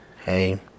Hey